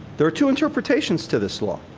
there are two interpretations to this law.